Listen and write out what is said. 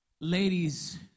Ladies